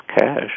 cash